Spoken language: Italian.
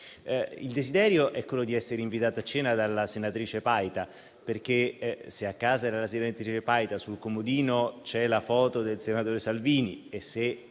Il desiderio è quello di essere invitato a cena dalla senatrice Paita: se infatti a casa della senatrice, sul comodino, ci sono la foto del senatore Salvini e